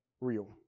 real